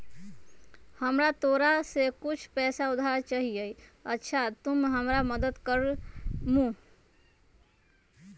हमरा तोरा से कुछ पैसा उधार चहिए, अच्छा तूम हमरा मदद कर मूह?